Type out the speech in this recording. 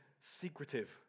secretive